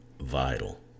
vital